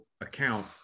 account